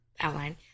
outline